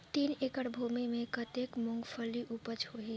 तीन एकड़ भूमि मे कतेक मुंगफली उपज होही?